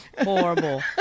Horrible